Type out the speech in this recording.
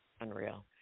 Unreal